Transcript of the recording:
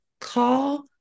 call